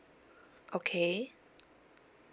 okay